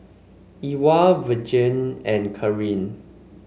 Ewald Virgle and Karyn